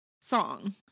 song